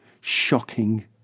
shocking